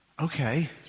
Okay